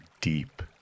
deep